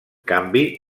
canvi